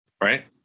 right